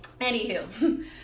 Anywho